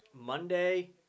Monday